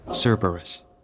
Cerberus